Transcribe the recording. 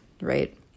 right